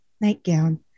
nightgown